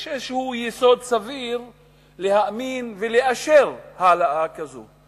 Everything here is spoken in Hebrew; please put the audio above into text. יש איזה יסוד סביר להאמין ולאשר העלאה כזאת.